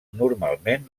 normalment